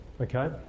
okay